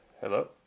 hello